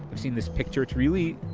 i've seen this picture, it's really,